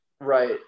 Right